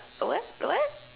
what what